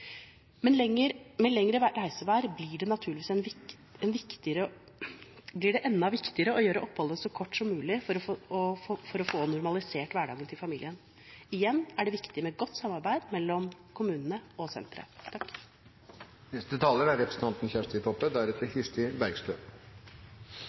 men vi har et moderne krisesenter med god sikkerhet å tilby dem som trenger det. Noen synes faktisk også at det er greit å komme litt unna når de rømmer fra vold og overgrep. Med lengre reisevei blir det naturligvis enda viktigere å gjøre oppholdet så kort som mulig for å få normalisert hverdagen til familien. Igjen er det viktig med godt samarbeid mellom kommunen og